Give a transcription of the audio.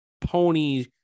pony